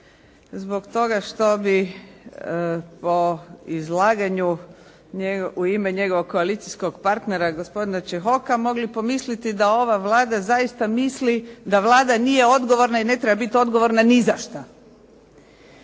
zbog toga što bi po izlaganju u ime njegovog koalicijskog partnera gospodina Čehoka mogli pomisliti da ova Vlada zaista misli da Vlada nije odgovorna i ne treba biti odgovorna ni za šta.